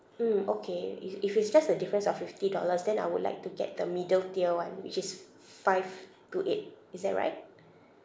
mm okay if if it's just a difference of fifty dollars then I would like to get the middle tier one which is five two eight is that right